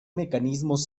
mecanismos